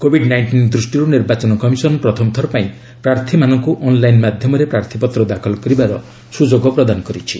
Covid nineteen ଦୃଷ୍ଟିରୁ ନିର୍ବାଚନ commission ପ୍ରଥମ ଥରପାଇଁ ପ୍ରାର୍ଥୀମାନଙ୍କୁ ଅନ୍ଲାଇନ୍ ମାଧ୍ୟମରେ ପ୍ରାର୍ଥୀପତ୍ର ଦାଖଲ କରିବାର ସୁଯୋଗ ପ୍ରଦାନ କରିଛି